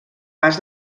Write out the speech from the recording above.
pas